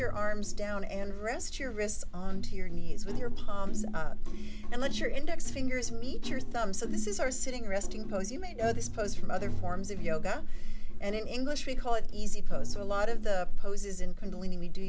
your arms down and rest your wrists onto your knees with your palms and let your index fingers meet your thumb so this is our sitting resting pose you may know this pose from other forms of yoga and in english we call it easy pose a lot of the poses in